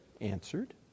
answered